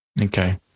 Okay